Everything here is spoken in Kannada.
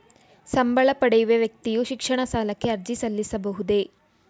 ಸಂಬಳ ಪಡೆಯುವ ವ್ಯಕ್ತಿಯು ಶಿಕ್ಷಣ ಸಾಲಕ್ಕೆ ಅರ್ಜಿ ಸಲ್ಲಿಸಬಹುದೇ?